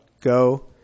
go